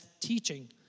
teaching